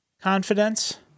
confidence